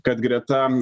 kad greta